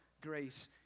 grace